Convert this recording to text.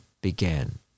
began